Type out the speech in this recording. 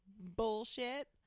bullshit